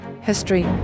history